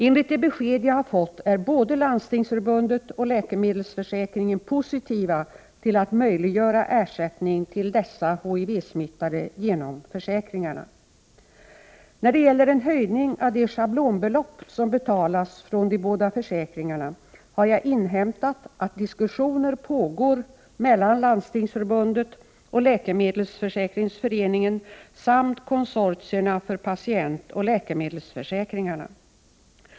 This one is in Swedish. Enligt de besked jag har fått är både Landstingsförbundet och Läkemedelsförsäkringsföreningen positiva till att möjliggöra ersättning till dessa HTIV-smittade genom försäkringarna. När det gäller en höjning av de schablonbelopp som betalas från de båda försäkringarna har jag inhämtat att diskussioner pågår mellan Landstingsförbundet och Läkemedelsförsäkringsföreningen samt Konsortierna för patientoch läkemedelsförsäkringarna.